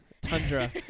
tundra